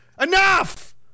Enough